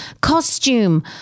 Costume